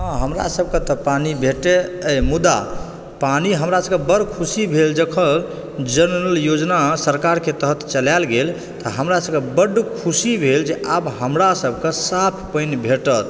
हमरा सबके तऽ पानि भेटै अइ मुदा पानि हमरा सबके बड़ ख़ुशी भेल जखन जल नल योजना सरकार के तहत चलायल गेल तऽ हमरा सबके बड ख़ुशी भेल जे आब हमरा सबके साफ़ पानि भेटत